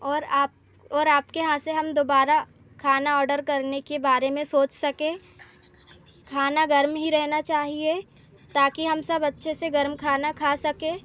और आप और आपके यहाँ से हम दोबारा खाना ऑडर करने के बारे में सोच सकें खाना गर्म ही रहना चाहिए ताकि हम सब अच्छे से गरम खाना खा सकें